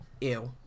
ew